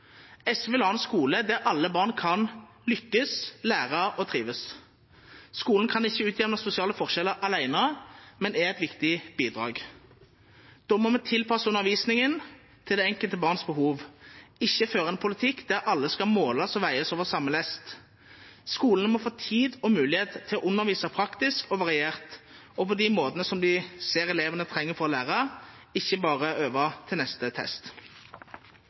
SV vil ha en skole der alle barn kan lykkes, lære og trives. Skolen kan ikke utjevne sosiale forskjeller alene, men er et viktig bidrag. Da må vi tilpasse undervisningen til det enkelte barns behov – ikke føre en politikk der alle skal måles og veies over samme lest. Skolene må få tid og mulighet til å undervise praktisk og variert og på de måtene som de ser elevene trenger for å lære – ikke bare øve til neste test.